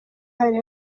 hari